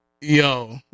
Yo